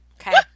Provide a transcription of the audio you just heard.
Okay